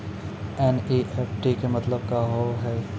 NEFT के मतलब का होव हेय?